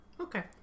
Okay